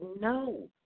no